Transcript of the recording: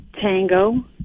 Tango